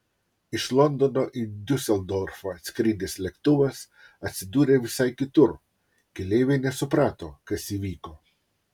iš londono į diuseldorfą skridęs lėktuvas atsidūrė visai kitur keleiviai nesuprato kas įvyko